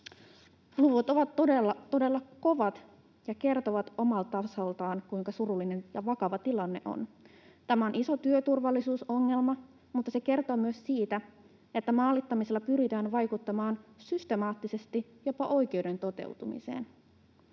Luvut ovat todella, todella kovat ja kertovat omalta osaltaan, kuinka surullinen ja vakava tilanne on. Tämä on iso työturvallisuusongelma, mutta se kertoo myös siitä, että maalittamisella pyritään vaikuttamaan systemaattisesti jopa oikeuden toteutumiseen.